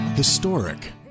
Historic